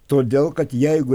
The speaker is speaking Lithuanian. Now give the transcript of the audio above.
todėl kad jeigu